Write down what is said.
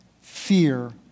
fear